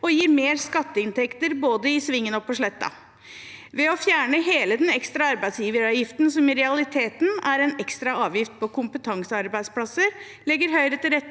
som gir mer skatteinntekter både i Svingen og på Sletta. Ved å fjerne hele den ekstra arbeidsgiveravgiften, som i realiteten er en ekstra avgift på kompetansearbeidsplasser, legger Høy re til rette